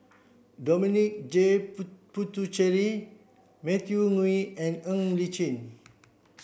Dominic J Puthucheary Matthew Ngui and Ng Li Chin